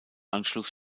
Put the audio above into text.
anschluss